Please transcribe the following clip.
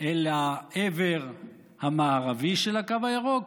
אל העבר המערבי של הקו הירוק,